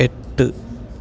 എട്ട്